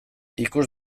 ikus